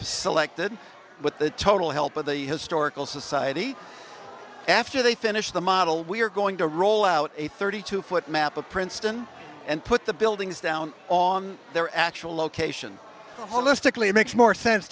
selected with the total help of the historical society after they finish the model we're going to roll out a thirty two foot map of princeton and put the buildings down on their actual location holistically it makes more sense